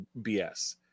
BS